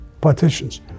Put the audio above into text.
partitions